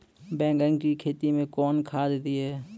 बैंगन की खेती मैं कौन खाद दिए?